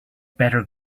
better